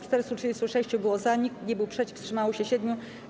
436 było za, nikt nie był przeciw, wstrzymało się 7.